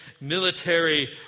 military